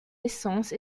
essence